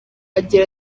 agira